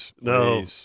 No